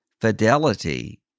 fidelity